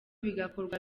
bigakorwa